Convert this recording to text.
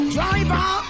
Driver